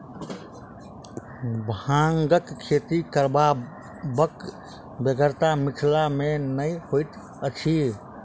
भांगक खेती करबाक बेगरता मिथिला मे नै होइत अछि